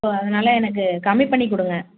so அதனால் எனக்கு கம்மி பண்ணி கொடுங்க